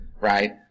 right